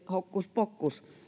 hokkuspokkus